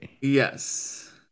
Yes